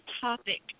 topic